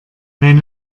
nein